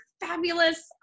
fabulous